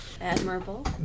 Admirable